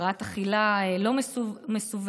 הפרעת אכילה לא מסווגת,